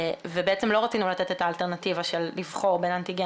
בעצם לא רצינו לתת את האלטרנטיבה של לבחור בין אנטיגן